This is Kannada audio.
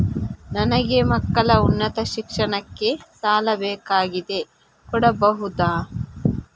ನನಗೆ ಮಕ್ಕಳ ಉನ್ನತ ಶಿಕ್ಷಣಕ್ಕೆ ಸಾಲ ಬೇಕಾಗಿದೆ ಕೊಡಬಹುದ?